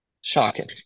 shocking